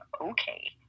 Okay